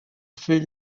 fait